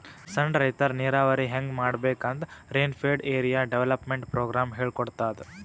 ಸಣ್ಣ್ ರೈತರ್ ನೀರಾವರಿ ಹೆಂಗ್ ಮಾಡ್ಬೇಕ್ ಅಂತ್ ರೇನ್ಫೆಡ್ ಏರಿಯಾ ಡೆವಲಪ್ಮೆಂಟ್ ಪ್ರೋಗ್ರಾಮ್ ಹೇಳ್ಕೊಡ್ತಾದ್